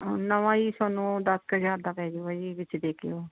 ਨਵਾਂ ਜੀ ਤੁਹਾਨੂੰ ਦਸ ਕੁ ਹਜ਼ਾਰ ਦਾ ਪੈ ਜਾਵੇਗਾ ਜੀ ਵਿੱਚ ਦੇ ਕੇ ਉਹ